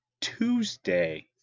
Tuesday